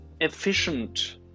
efficient